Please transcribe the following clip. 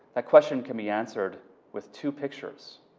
that question can be answered with two pictures.